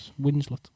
Winslet